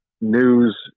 news